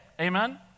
amen